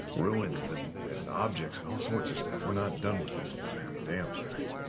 ruins and and objects and all sorts of stuff. we're not done with this by a damn sight.